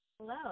Hello